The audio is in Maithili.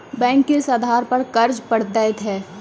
बैंक किस आधार पर कर्ज पड़तैत हैं?